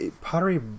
Pottery